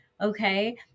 Okay